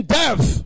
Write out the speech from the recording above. death